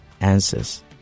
answers